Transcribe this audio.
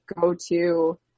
go-to